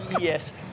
Yes